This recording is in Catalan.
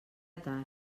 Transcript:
tard